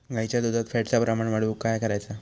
गाईच्या दुधात फॅटचा प्रमाण वाढवुक काय करायचा?